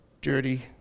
dirty